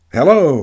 Hello